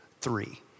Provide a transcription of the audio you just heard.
three